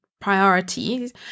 priorities